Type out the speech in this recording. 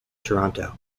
toronto